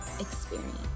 Experience